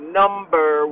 number